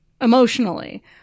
emotionally